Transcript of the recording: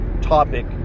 topic